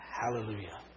Hallelujah